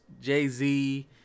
Jay-Z